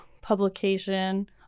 publication